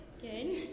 good